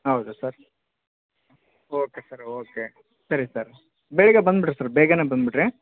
ಹೌದಾ sir okay sir okay ಸರಿ sir ಬೆಳಿಗ್ಗೆ ಬಂದು ಬಿಡ್ರಿ ಸರ್ ಬೇಗ ಬಂದ್ಬಿಡ್ರಿ